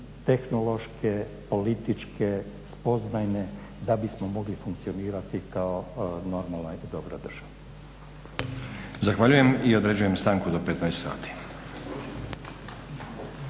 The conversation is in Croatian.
tehnološke, političke, spoznajne da bismo mogli funkcionirati kao normalna i dobra država. **Stazić, Nenad (SDP)** Zahvaljujem. I određujem stanku do 15 sati.